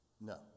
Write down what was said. No